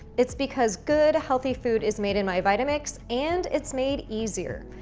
it's because good, healthy food is made in my vitamix and it's made easier.